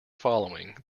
following